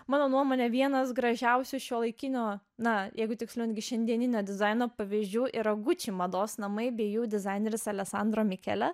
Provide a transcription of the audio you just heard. mano nuomone vienas gražiausių šiuolaikinio na jeigu tiksliau gi šiandieninio dizaino pavyzdžių yra guči mados namai bei jų dizaineris alesandro mikele